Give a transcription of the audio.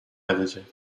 edecek